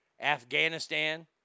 Afghanistan